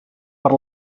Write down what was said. per